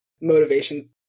motivation